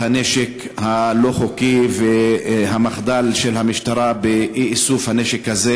הנשק הלא-חוקי והמחדל של המשטרה באי-איסוף הנשק הזה.